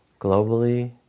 globally